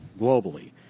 globally